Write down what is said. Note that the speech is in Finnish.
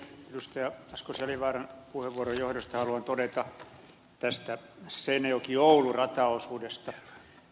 asko seljavaaran puheenvuoron johdosta haluan todeta tästä seinäjokioulu rataosuudesta